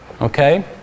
okay